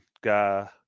guy